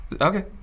Okay